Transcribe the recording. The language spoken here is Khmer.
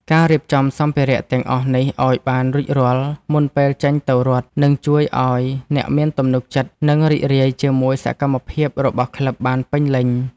ការរៀបចំសម្ភារៈទាំងអស់នេះឱ្យបានរួចរាល់មុនពេលចេញទៅរត់ នឹងជួយឱ្យអ្នកមានទំនុកចិត្ត និងរីករាយជាមួយសកម្មភាពរបស់ក្លឹបបានពេញលេញ។